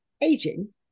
aging